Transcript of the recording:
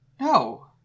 No